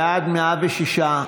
בעד 106,